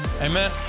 Amen